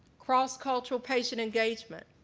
cross-cultural patient engagement.